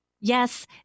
Yes